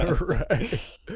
Right